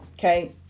Okay